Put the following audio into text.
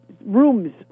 rooms